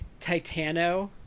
Titano